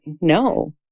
no